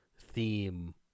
theme